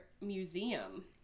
Museum